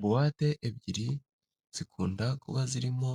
Buwate ebyiri zikunda kuba zirimo